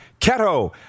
keto